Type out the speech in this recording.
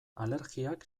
alergiak